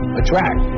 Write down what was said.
attract